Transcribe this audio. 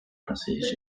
conseiller